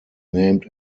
named